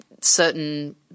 certain